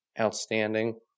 outstanding